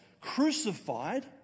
crucified